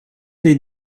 les